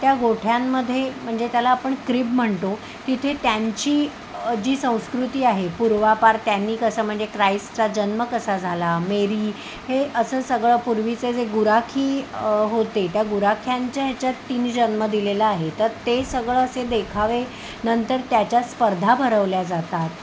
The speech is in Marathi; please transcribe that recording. त्या गोठ्यांमध्ये म्हणजे त्याला आपण क्रिब म्हणतो तिथे त्यांची जी संस्कृती आहे पूर्वापार त्यांनी कसं म्हणजे क्राइस्टचा जन्म कसा झाला मेरी हे असं सगळं पूर्वीचे जे गुराखी होते त्या गुराख्यांच्या ह्याच्यात तीन जन्म दिलेलं आहे तर ते सगळं असे देखावे नंतर त्याच्या स्पर्धा भरवल्या जातात